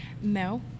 no